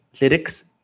lyrics